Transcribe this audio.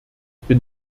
bin